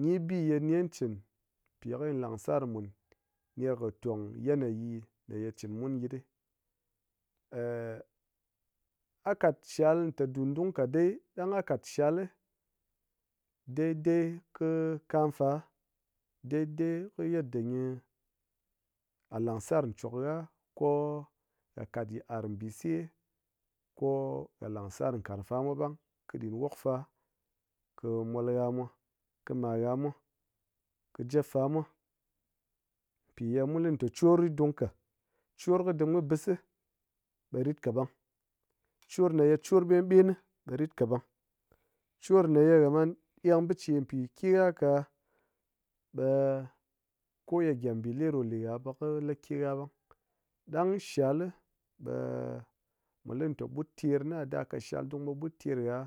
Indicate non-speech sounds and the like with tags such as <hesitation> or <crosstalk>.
gyi bi nen chin pi khigyi langsarmun ner kɨ tong yeneyi ko ye chinmun yitɗi. <hesitation> ha katshal te dun dung ka dai ɗang ha katshal daidai kɨ kam fa, daidai kɨ yetda gyi-ha langsar chwok ha ko ha kat yit'ar bise ko ha langsar karang famwa ɓang ko kɨ ɗin wokfa kɨ mwal ha mwa kɨ malha mwa kɨ jap fa mwa pi ye mulite chor dung ka, chor kɨ dim kɨ bis si ɓe ritka ɓang, chor me ye chor ɓenɓen ni ɓe rika ɓang, chor meye ha man eng biche pi keha ka ɓe <hesitation> ko ye gyem mbile ɗo ye ha ɓe kɨ lakeha ɓang. Ɗang shal li ɓe <hesitation> mu lite ɓut ter na da kat shal dung ɓe ɓut ter ha